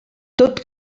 tot